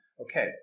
Okay